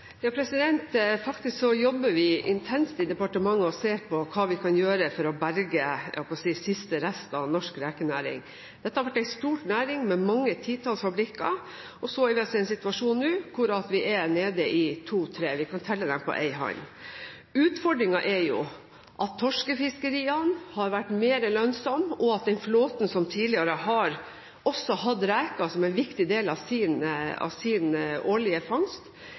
departementet og ser på hva vi kan gjøre for å berge siste rest av norsk rekenæring. Dette har vært en stor næring med mange titalls fabrikker, og så er vi altså i en situasjon nå hvor vi er nede i to–tre – vi kan telle dem på én hånd. Utfordringen er at torskefiskeriene har vært mer lønnsomme, og at den flåten som tidligere også har hatt reker som en viktig del av sin årlige fangst,